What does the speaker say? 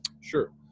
Sure